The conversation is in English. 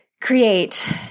create